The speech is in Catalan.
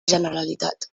generalitat